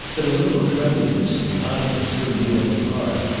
but a little friendliness and kindness wouldn't do any harm.